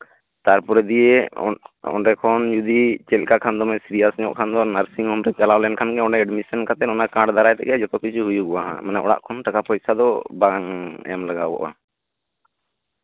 ᱛᱟᱨᱯᱚᱨ ᱫᱤᱭᱮ ᱚᱸᱰᱮ ᱠᱷᱚᱱ ᱡᱩᱫᱤ ᱪᱮᱫᱞᱮᱠᱟ ᱠᱷᱟᱱᱫᱚ ᱫᱚᱢᱮ ᱥᱤᱨᱭᱟᱥ ᱧᱚᱜ ᱠᱷᱟᱱ ᱱᱟᱨᱥᱤᱝ ᱦᱳᱢᱨᱮ ᱪᱟᱞᱟᱣ ᱞᱮᱱᱠᱷᱟᱱᱜᱮ ᱚᱸᱰᱮ ᱮᱰᱢᱤᱥᱚᱱ ᱠᱟᱛᱮᱜ ᱚᱱᱟ ᱠᱟᱨᱰ ᱫᱟᱨᱟᱭ ᱛᱮᱜᱮ ᱡᱚᱛᱚ ᱠᱤᱪᱷᱩ ᱦᱩᱭᱩᱜᱼᱟ ᱢᱟᱱᱮ ᱚᱲᱟᱜ ᱠᱷᱚᱱ ᱴᱟᱠᱟ ᱯᱚᱭᱥᱟ ᱫᱚ ᱵᱟᱝ ᱮᱢ ᱞᱟᱜᱟᱣᱚᱜᱼᱟ